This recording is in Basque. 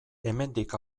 hemendik